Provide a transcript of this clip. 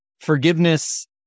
forgiveness